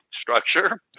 structure